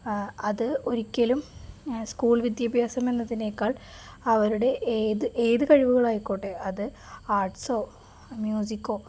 അതൊരിക്കലും സ്കൂൾ വിദ്യാഭ്യാസമെന്നതിനെക്കാൾ അവരുടെ ഏത് ഏത് കഴിവുകളുമായിക്കോട്ടെ അത് ആർട്സോ മ്യൂസിക്കോ